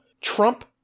Trump